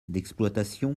d’exploitation